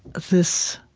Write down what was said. this